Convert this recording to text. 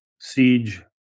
siege